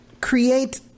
create